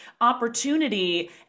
opportunity